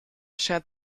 schert